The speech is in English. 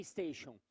Station